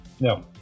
No